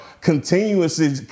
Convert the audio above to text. continuously